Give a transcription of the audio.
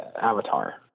Avatar